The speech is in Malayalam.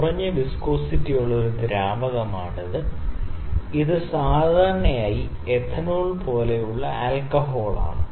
കുറഞ്ഞ വിസ്കോസിറ്റി ഉള്ള ഒരു ദ്രാവകമാണിത് ഇത് സാധാരണയായി എത്തനോൾ പോലുള്ള ആൽക്കഹോളാണ്